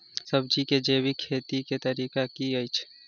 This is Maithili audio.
सब्जी केँ जैविक खेती कऽ तरीका की अछि?